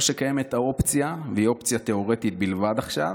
או שקיימת האופציה והיא אופציה תיאורטית בלבד עכשיו,